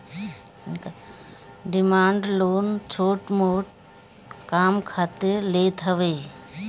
demand loan छोट मोट काम खातिर लेत हवे